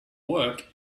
work